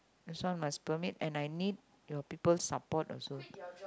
this one must permit and I need your people support also